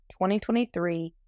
2023